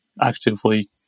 actively